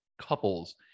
couples